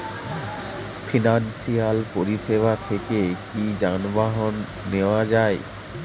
Financial পরিসেবা থেকে কি যানবাহন নেওয়া যায়?